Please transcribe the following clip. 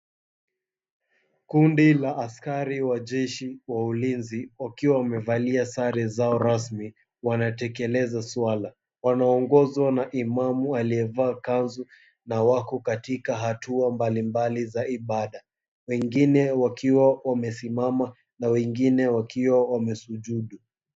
Kundi la askari wa jeshi wa ulinzi wakiwa wamevalia sare zao rasmi wanatekeleza swala. Wanaongozwa na imamu aliyevaa kanzu na wako katika hatua mbalimbali za ibada. Wengine wakiwa wamesimama na wengine wakiwa wamesujudu.